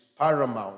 paramount